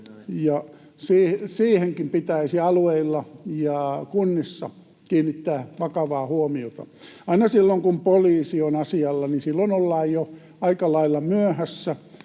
Siihenkin pitäisi alueilla ja kunnissa kiinnittää vakavaa huomiota. Aina silloin, kun poliisi on asialla, ollaan jo aika lailla myöhässä,